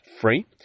free